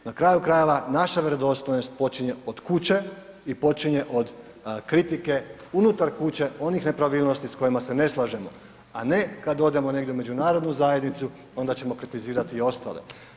Na kraju krajeva naša vjerodostojnost počinje od kuće i počinje od kritike unutar kuće onih nepravilnosti s kojima se ne slažemo, a ne kad odemo negdje u međunarodnu zajednicu, onda ćemo kritizirati i ostale.